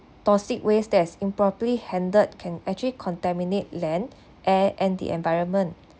toxic waste that is improperly handled can actually contaminate land air and the environment